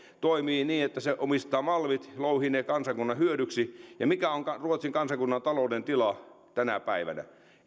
toimii niin että se omistaa malmit louhii ne kansakunnan hyödyksi ja mikä onkaan ruotsin kansakunnan talouden tila tänä päivänä